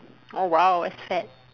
oh !wow! it's fat